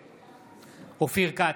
נגד אופיר כץ,